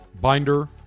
binder